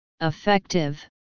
Effective